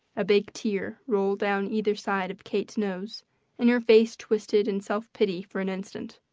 a big tear rolled down either side of kate's nose and her face twisted in self-pity for an instant.